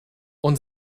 und